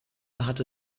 hatte